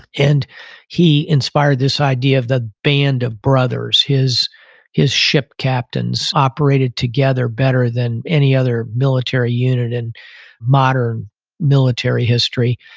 and he inspired this idea of the band of brothers. his his ship captains operated together better than any other military unit in modern military history.